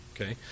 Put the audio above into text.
okay